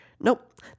Nope